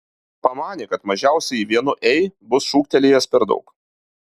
pamanė kad mažiausiai vienu ei bus šūktelėjęs per daug